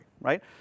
right